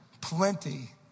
plenty